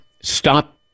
Stop